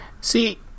See